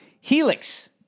Helix